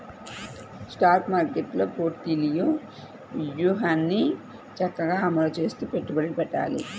stock మార్కెట్టులో portfolio వ్యూహాన్ని చక్కగా అమలు చేస్తూ పెట్టుబడులను పెట్టాలి